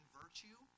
virtue